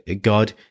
God